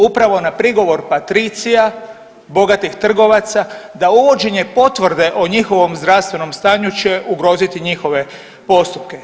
Upravo na prigovor patricija, bogatih trgovaca da uvođenje potvrde o njihovom zdravstvenom stanju će ugroziti njihove postupke.